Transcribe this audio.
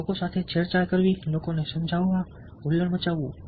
લોકો સાથે છેડછાડ કરવી લોકોને સમજાવવા હુલ્લડ મચાવવું